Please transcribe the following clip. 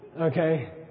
okay